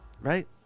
Right